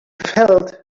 felt